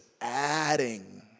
adding